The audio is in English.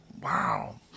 Wow